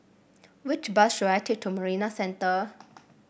which bus should I take to Marina Centre